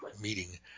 meeting